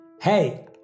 Hey